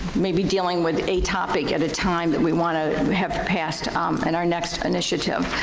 maybe dealing with a topic at a time that we want to have passed in our next initiative.